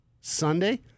Sunday